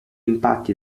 impatti